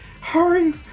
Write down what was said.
hurry